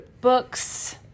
books